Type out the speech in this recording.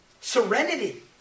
serenity